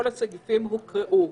כל הסעיפים הוקראו.